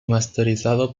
masterizado